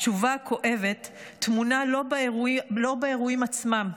התשובה הכואבת טמונה לא באירועים עצמם,